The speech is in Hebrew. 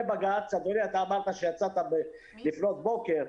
אדוני, אתה אמרת שיצאת לפנות בוקר.